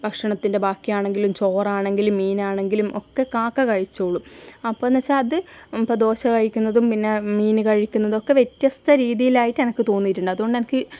ഭക്ഷണത്തിൻ്റെ ബാക്കിയാണെങ്കിലും ചോറാണെങ്കിലും മീനാണെങ്കിലും ഒക്കെ കാക്ക കഴിച്ചോളും അപ്പോൾ എന്ന് വെച്ചാൽ അത് ഇപ്പം ദോശ കഴിക്കുന്നതും പിന്നെ മീൻ കഴിക്കുന്നതുമൊക്കെ വ്യത്യസ്ത രീതിയിൽ ആയിട്ട് എനക്ക് തോന്നിയിട്ടുണ്ട് അതുകൊണ്ട് എനിക്ക്